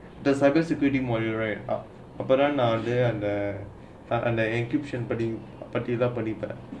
the cyber security module right அப்பே தன வந்தே நான்:appe thana vanthae naan and the encryption பாடி தன படிப்பே:paadi thana padippae